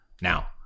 now